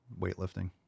weightlifting